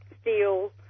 steel